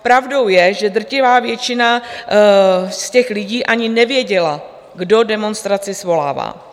Pravdou je, že drtivá většina z těch lidí ani nevěděla, kdo demonstraci svolává.